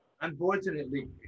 Unfortunately